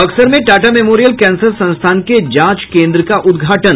बक्सर में Tata memorial cancer संस्थान के जांच केन्द्र का उद्घाटन